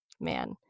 man